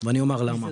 ואני אומר למה.